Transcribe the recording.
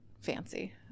fancy